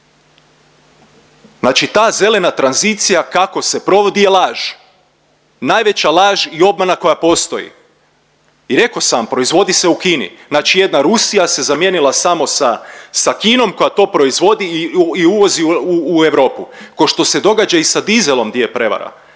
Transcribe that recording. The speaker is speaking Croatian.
Znači ta zelena tranzicija kako se provodi je laž, najveća laž i obmana koja postoji i reko sam vam proizvodi se u Kini. Znači jedna Rusija se zamijenila samo sa Kinom koja to proizvodi i uvozi u Europu, ko što se događa i sa dizelom di je prevara.